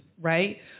Right